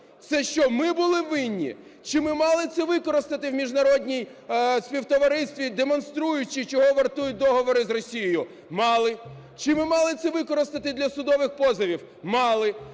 Це що, ми були винні? Чи ми мали це використати в міжнародному співтоваристві, демонструючи, чого вартують договори з Росією? Мали! Чи ми мали це використати для судових позовів? Мали!